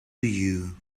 you